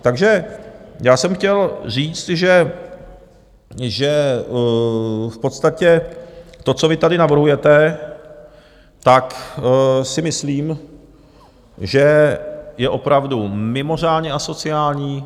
Takže já jsem chtěl říct, že v podstatě to, co vy tady navrhujete, tak si myslím, že je opravdu mimořádně asociální.